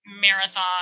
marathon